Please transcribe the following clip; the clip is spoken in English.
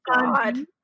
god